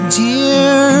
dear